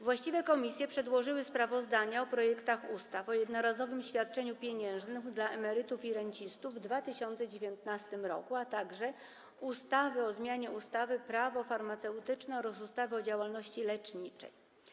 Właściwe komisje przedłożyły sprawozdania o projektach ustaw: - o jednorazowym świadczeniu pieniężnym dla emerytów i rencistów w 2019 r., - o zmianie ustawy Prawo farmaceutyczne oraz ustawy o działalności leczniczej.